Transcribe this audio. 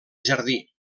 jardí